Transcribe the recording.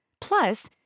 Plus